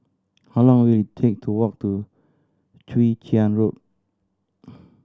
how long will it take to walk to Chwee Chian Road